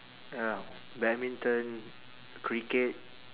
ya badminton cricket